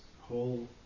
whole